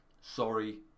sorry